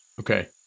Okay